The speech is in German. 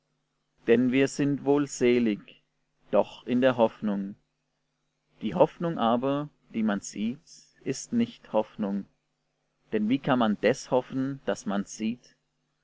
denn wir sind wohl selig doch in der hoffnung die hoffnung aber die man sieht ist nicht hoffnung denn wie kann man des hoffen das man sieht